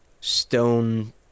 stone